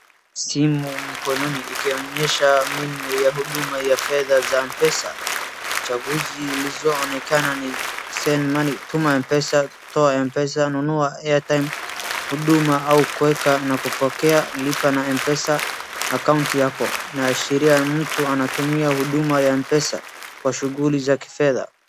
Simu mkononi ikionyesha menu ya huduma ya fedha za mpesa chaguzi zilizoonekana ni send money tuma pesa , toa pesa nunua airtime huduma ya kueka au kupokea kununua na mpesa lipa na mpesa acount yako inaashiria kuwa mtu anatumia huduma ya mpesa kwa shughuli za kifedha.